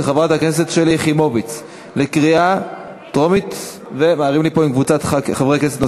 של חברת הכנסת שלי יחימוביץ וקבוצת חברי הכנסת.